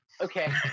Okay